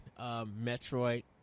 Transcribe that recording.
Metroid